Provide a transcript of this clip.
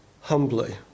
humbly